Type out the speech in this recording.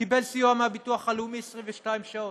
קיבל סיוע מהביטוח הלאומי 22 שעות,